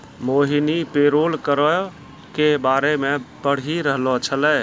मोहिनी पेरोल करो के बारे मे पढ़ि रहलो छलै